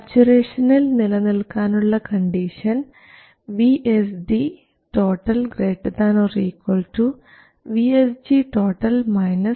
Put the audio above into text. സാച്ചുറേഷനിൽ നിലനിൽക്കാനുള്ള condition VSD ≥ VSG VTP ആണ്